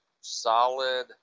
solid